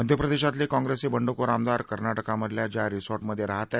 मध्य प्रदेशातले काँग्रेसचे बडंखोर आमदार कर्ना क्रामधल्या ज्या रिसो मध्ये राहत आहेत